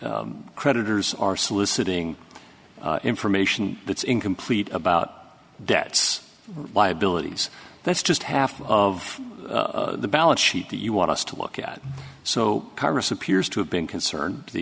creditors are soliciting information that's incomplete about debts liabilities that's just half of the balance sheet that you want us to look at so congress appears to have been concerned t